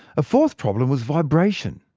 a fourth problem was vibration.